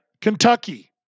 Kentucky